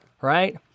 right